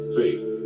faith